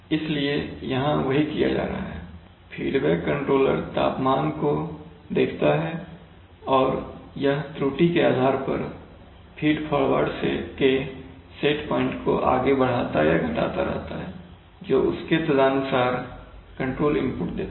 इसलिए यहाँ वही किया जा रहा है फीडबैक कंट्रोलर तापमान को देखता है और यह त्रुटि के आधार पर फीड फॉरवर्ड के सेट पॉइंट को आगे बढ़ाता या घटाता रहता है जो उसके तदनुसार कंट्रोल इनपुट देता है